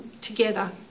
together